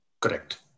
Correct